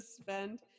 spend